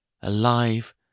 alive